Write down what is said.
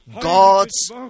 God's